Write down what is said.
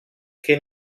che